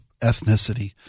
ethnicity